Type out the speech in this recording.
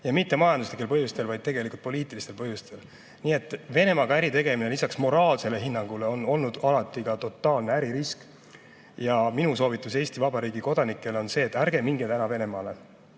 ja mitte majanduslikel põhjustel, vaid tegelikult poliitilistel põhjustel. Nii et Venemaaga äritegemine on lisaks moraalsele hinnangule alati olnud ka totaalne äririsk. Ja minu soovitus Eesti Vabariigi kodanikele on see, et ärge minge praegu Venemaale.